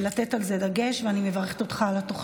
ולתת על זה דגש, ואני מברכת אותך על התוכנית.